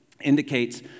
indicates